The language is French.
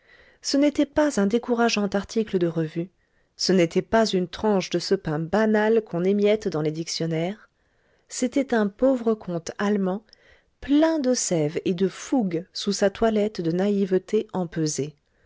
ce n'était pas un décourageant article de revue ce n'était pas une tranche de ce pain banal qu'on émiette dans les dictionnaires c'était un pauvre conte allemand plein de sève et de fougue sous sa toilette de naïveté empesée